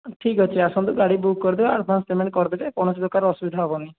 ଠିକ୍ ଅଛି ଆସନ୍ତୁ ଗାଡ଼ି ବୁକ୍ କରି ଦେବା ଆଡ଼ଭାନ୍ସ୍ ପେମେଣ୍ଟ୍ କରି ଦେବେ କୌଣସି ପ୍ରକାର ଅସୁବିଧା ହେବନି